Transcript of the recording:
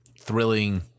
thrilling